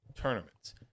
tournaments